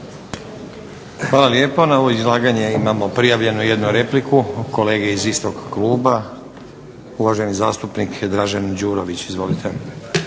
Hvala lijepo. Na ovo izlaganje imamo prijavljenu jednu repliku kolege iz istog kluba uvaženi zastupnik Dražen Đurović. Izvolite.